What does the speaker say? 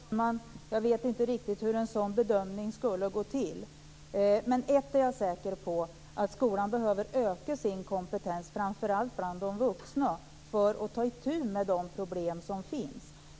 Fru talman! Jag vet inte riktigt hur en sådan bedömning skulle gå till. Men ett är jag säker på. Det är att skolan behöver öka sin kompetens, framför allt bland de vuxna, för att kunna ta itu med de problem som finns.